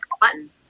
Button